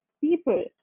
people